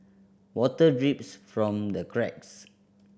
water drips from the cracks